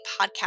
podcast